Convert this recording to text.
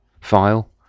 file